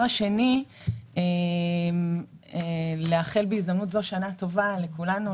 אני רוצה לאחל בהזדמנות הזאת שנה טובה לכולנו,